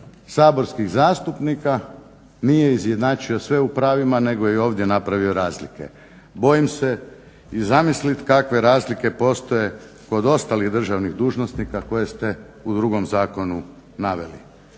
saborskih zastupnika nije izjednačio sve u pravima nego je i ovdje napravio razlike. Bojim se i zamisliti kakve razlike postoje kod ostalih državnih dužnosnika koje ste u drugom zakonu naveli.